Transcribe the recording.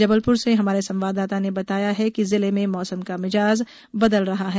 जबलपुर से हमारी संवाददाता ने बताया है कि जिले में मौसम का मिजाज बदल रहा है